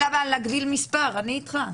--- אני איתך.